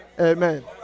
Amen